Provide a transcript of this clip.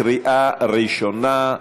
לקריאה ראשונה.